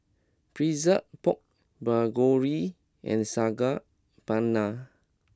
Pretzel Pork Bulgogi and Saag Paneer